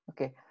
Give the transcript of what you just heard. Okay